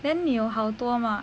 then 你有好多吗